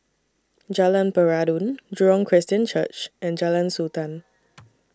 Jalan Peradun Jurong Christian Church and Jalan Sultan